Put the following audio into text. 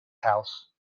house